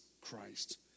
Christ